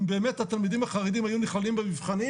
אם באמת התלמידים החרדים היו נבחנים במבחנים